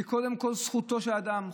שקודם כול זכותו של אדם,